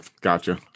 gotcha